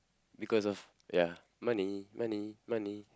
because of ya money money money